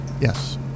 Yes